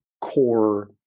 core